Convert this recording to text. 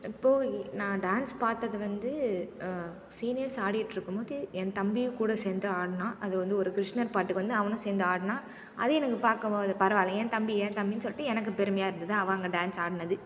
இப்போது இ நான் டான்ஸ் பார்த்தது வந்து சீனியர்ஸ் ஆடிக்கிட்டு இருக்கும்போதே என் தம்பியும் கூட சேர்ந்து ஆடினான் அது வந்து ஒரு கிருஷ்ணர் பாட்டுக்கு வந்து அவனும் சேர்ந்து ஆடினான் அது எனக்கு பார்க்கும்போது பரவாயில்லை என் தம்பி என் தம்பின்னு சொல்லிட்டு எனக்கு பெருமையாக இருந்தது அவன் அங்கே டான்ஸ் ஆடினது